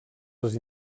les